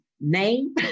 name